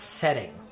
setting